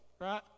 right